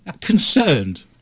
Concerned